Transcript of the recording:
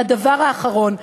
והדבר האחרון,